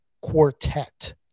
quartet